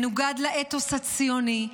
מנוגד לאתוס הציוני,